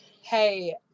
hey